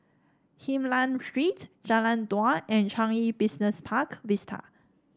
Hylam Street Jalan Dua and Changi Business Park Vista